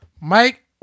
Mike